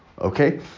Okay